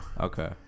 Okay